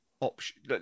option